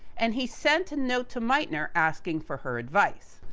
and he sent a note to meitner asking for her advice.